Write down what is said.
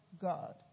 God